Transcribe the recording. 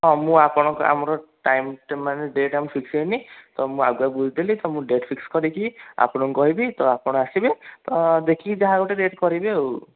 ହଁ ମୁଁ ଆପଣଙ୍କୁ ଆମର ଟାଇମ୍ ମାନେ ଡେଟ୍ ଆମର ଫିକ୍ସ୍ ହେଇନି ତ ମୁଁ ଆଗୁଆ ବୁଝିଦେଲି ତ ମୁଁ ଡେଟ୍ ଫିକ୍ସ୍ କରିକି ଆପଣଙ୍କୁ କହିବି ତ ଆପଣ ଆସିବେ ତ ଦେଖିକି ଯାହା ଗୋଟେ ରେଟ୍ କରିବେ ଆଉ